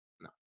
no